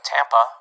Tampa